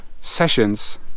sessions